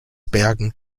bergen